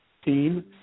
team